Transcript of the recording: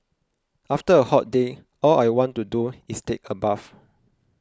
after a hot day all I want to do is take a bath